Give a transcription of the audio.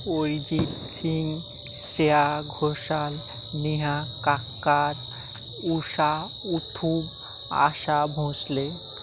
Arijit Singh Shreya Ghoshal Neha Kakkar Usha Uthup Asha Bhosle